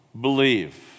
believe